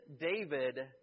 David